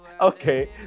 okay